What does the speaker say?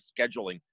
scheduling